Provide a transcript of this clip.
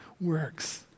works